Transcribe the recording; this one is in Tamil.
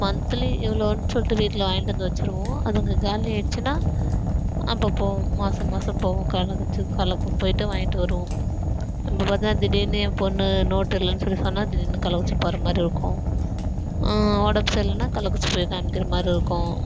மந்த்லி இவ்வளோன்னு சொல்லிட்டு வீட்டில் வாங்கிட்டு வந்து வச்சுருவோம் அதுங்க காலியாகிடுச்சினா அப்போ போவோம் மாதம் மாதம் போவோம் கள்ளக்குறிச்சிக்கு கள்ளக்குறிச்சி போய்விட்டு வாங்கிட்டு வருவோம் அந்த மாதிரிதான் திடீரெனு என் பொண்ணு நோட்டு இல்லைன்னு சொல்லி சொன்னால் திடீரெனு கள்ளக்குறிச்சி போகிற மாதிரி இருக்கும் உடம்பு சரி இல்லைனா கள்ளக்குறிச்சி போய் காமிக்கிற மாதிரி இருக்கும்